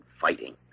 fighting